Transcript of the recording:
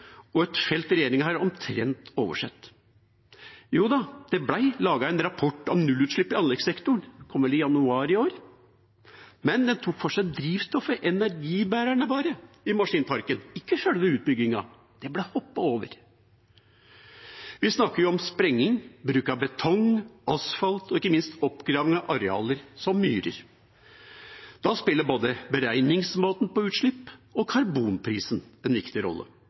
og er et felt regjeringa omtrent har oversett. Jo da, det ble laget en rapport om nullutslipp i anleggssektoren, den kom vel i januar i år, men den tok for seg drivstoffet, bare energibærerne, i maskinparken, ikke selve utbyggingen, den hoppet man over. Vi snakker om sprenging, bruk av betong og asfalt, og ikke minst oppgraving av arealer, som myrer. Da spiller både beregningsmåten for utslipp og karbonprisen en viktig rolle.